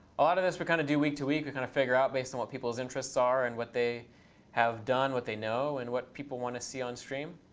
a lot of this we kind of do week to week. we kind of figure out based on what people's interests are, and what they have done, what they know, and what people want to see on stream.